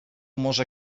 może